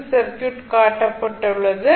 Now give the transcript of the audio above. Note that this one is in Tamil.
சி சர்க்யூட் காட்டப்பட்டுள்ளது